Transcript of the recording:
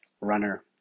runner